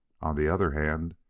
on the other hand,